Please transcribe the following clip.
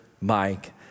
Mike